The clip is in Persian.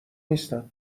نیستم